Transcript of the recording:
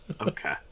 Okay